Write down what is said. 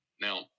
Now